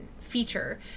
feature